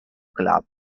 club